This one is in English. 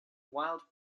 wild